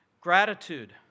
Gratitude